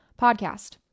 podcast